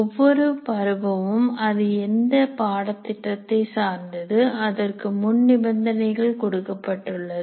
ஒவ்வொரு பருவமும் அது எது எந்த பாடத்திட்டத்தை சார்ந்தது அதற்கு முன்நிபந்தனைகள் கொடுக்கப்பட்டுள்ளது